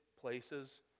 places